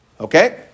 Okay